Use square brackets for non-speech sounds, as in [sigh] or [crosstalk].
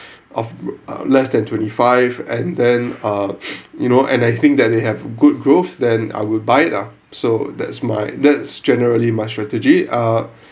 of uh less than twenty-five and then uh [breath] you know and I think that they have good growth than I would buy it lah so that's my that's generally my strategy ah